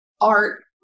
art